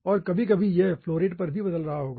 और कभी कभी यह फ्लो रेट पर भी बदल रहा होगा